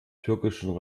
türkischen